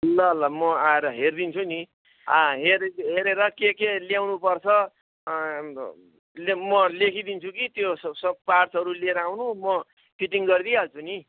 ल ल म आएर हेरिदिन्छु नि हेर हेरेर के के ल्याउनुपर्छ म लेखिदिन्छु कि त्यो स सब पार्ट्सहरू लिएर आउनु म फिटिङ गरिदिइहाल्छु नि